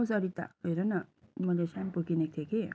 औ सरिता हेर न मैले स्याम्पो किनेको थिएँ कि